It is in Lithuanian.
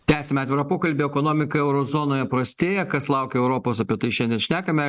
tęsiame atvirą pokalbį ekonomika euro zonoje prastėja kas laukia europos apie tai šiandien šnekame